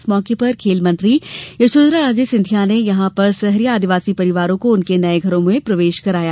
इस मौके पर खेल मंत्री यशोधरा राजे सिंधिया ने यहां पर सहरिया आदिवासी परिवारों को उनके नए घरों में प्रवेश कराया